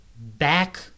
back